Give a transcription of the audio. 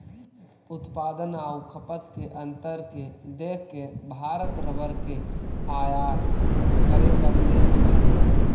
उत्पादन आउ खपत के अंतर के देख के भारत रबर के आयात करे लगले हइ